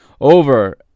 over